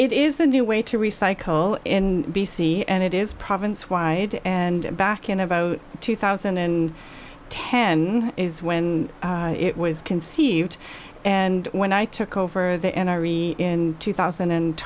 it is a new way to recycle in b c and it is province wide and back in about two thousand and ten is when it was conceived and when i took over the n r e in two thousand and